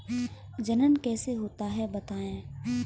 जनन कैसे होता है बताएँ?